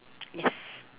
yes